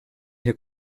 hier